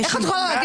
איך את יכולה להגיד